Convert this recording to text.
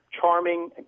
charming